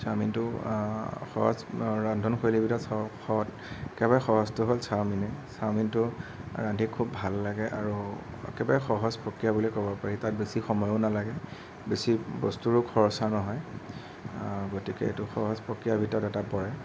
চাওমিনটো সহজ ৰন্ধনশৈলীৰ ভিতৰত একেবাৰে সহজটো হ'ল চাওমিনে চাওমিনটো ৰান্ধি খুব ভাল লাগে আৰু একেবাৰে সহজ প্ৰক্ৰিয়া বুলি ক'ব পাৰি তাত বেছি সময়ো নালাগে বেছি বস্তুৰো খৰচা নহয় গতিকে এইটো সহজ প্ৰক্ৰিয়াৰ ভিতৰত এটা পৰে